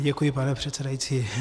Děkuji, pane předsedající.